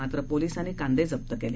मात्र पोलिसांनी कांदे जप्त केले